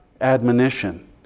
admonition